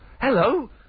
Hello